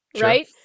right